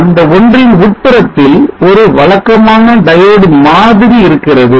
அந்த ஒன்றின் உட்புறத்தில் ஒரு வழக்கமான diode மாதிரி இருக்கிறது